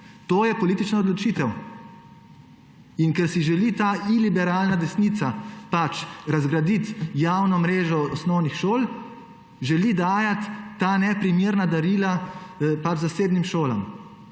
to je politična odločitev. In ker si želi ta iliberalna desnica pač razgraditi javno mrežo osnovnih šol, želi dajati ta neprimerna darila zasebnim šolam.